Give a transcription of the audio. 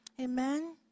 Amen